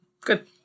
Good